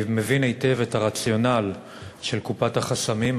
אני מבין היטב את הרציונל של קופת החסמים,